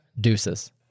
Deuces